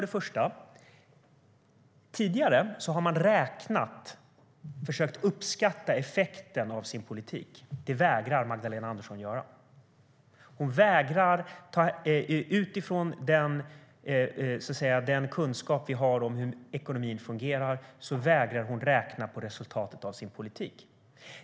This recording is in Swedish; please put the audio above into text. Det första är att man tidigare har räknat, försökt uppskatta, effekten av sin politik. Det vägrar Magdalena Andersson att göra. Utifrån den kunskap vi har om hur ekonomin fungerar vägrar hon att räkna på resultatet av sin politik.